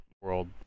world